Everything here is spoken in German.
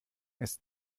ist